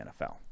NFL